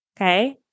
okay